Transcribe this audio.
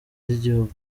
ry’igihugu